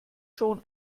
schon